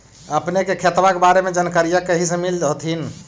अपने के खेतबा के बारे मे जनकरीया कही से मिल होथिं न?